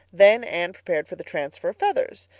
then anne prepared for the transfer of feathers.